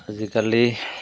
আজিকালি